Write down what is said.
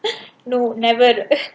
no never